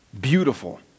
beautiful